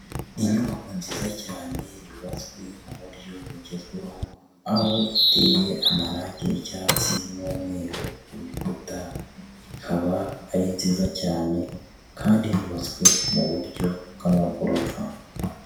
Inyubako nziza cyane yubatswe mu buryo bugezweho, aho iteye amarangi y'icyatsi n'umweru ku bikuta, ikaba ari nziza cyane kandi yubatswe mu buryo bw'amagorofa.